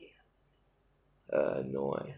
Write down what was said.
err no eh